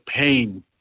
pain